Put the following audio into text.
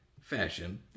Fashion